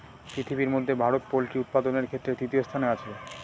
পৃথিবীর মধ্যে ভারত পোল্ট্রি উৎপাদনের ক্ষেত্রে তৃতীয় স্থানে আছে